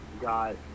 got